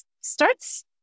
starts